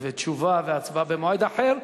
תשובה והצבעה במועד אחר,